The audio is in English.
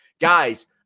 Guys